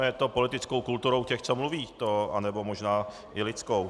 Je to politickou kulturou těch, co mluví, možná i lidskou.